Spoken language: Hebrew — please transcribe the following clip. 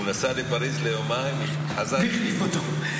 כשהוא נסע לפריז ליומיים, חזר, החליפו אותו.